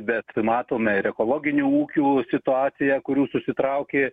bet matome ir ekologinių ūkių situaciją kurių susitraukė